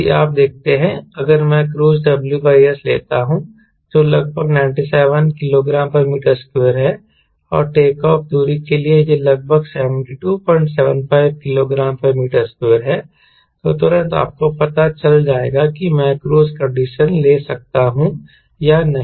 यदि आप देखते हैं अगर मैं क्रूज़ WS लेता हूं जो लगभग 97 kgm2 है और टेकऑफ़ दूरी के लिए यह लगभग 7275 kgm2 है तो तुरंत आपको पता चल जाएगा कि मैं क्रूज़ कंडीशन ले सकता हूं या नहीं